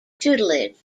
tutelage